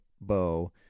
bow